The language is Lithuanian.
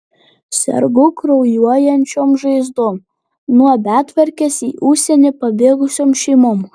sergu kraujuojančiom žaizdom nuo betvarkės į užsienį pabėgusiom šeimom